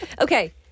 Okay